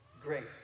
grace